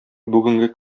бүгенге